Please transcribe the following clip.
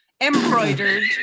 Embroidered